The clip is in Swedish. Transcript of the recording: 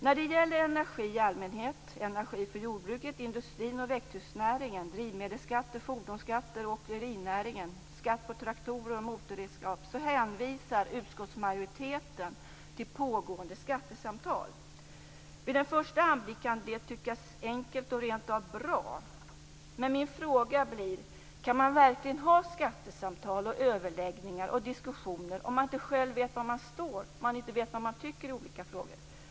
När det gäller energi i allmänhet, energi för jordbruket, industrin och växthusnäringen, drivmedelsskatt och fordonsskatt för åkerinäringen och skatt på traktorer och motorredskap hänvisar utskottsmajoriteten till pågående skattesamtal. Vid en första anblick kan det tyckas enkelt och rent av bra, men min fråga blir: Kan man verkligen ha skattesamtal, överläggningar och diskussioner om man inte själv vet var man står och inte vet vad man tycker i olika frågor?